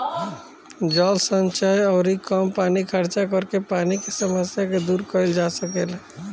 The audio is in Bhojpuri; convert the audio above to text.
जल संचय अउरी कम पानी खर्चा करके पानी के समस्या के दूर कईल जा सकेला